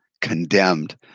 condemned